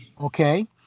Okay